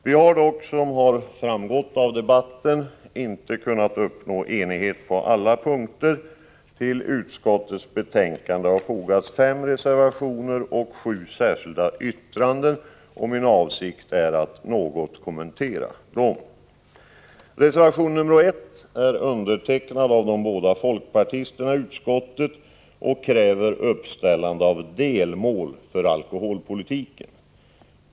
Vi har dock, som har framgått av debatten, inte kunnat uppnå enighet på alla punkter. Till utskottets betänkande har fogats fem reservationer och sju särskilda yttranden, och min avsikt är att något kommentera dessa. Reservation nr 1 är undertecknad av de båda folkpartisterna i skatteutskottet, och i den krävs uppställande av ett delmål för alkoholpolitiken.